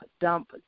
dump